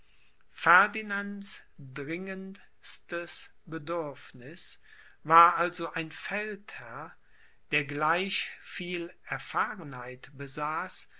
ferdinands dringendstes bedürfniß war also ein feldherr der gleich viel erfahrenheit besaß